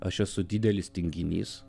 aš esu didelis tinginys